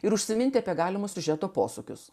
ir užsiminti apie galimus siužeto posūkius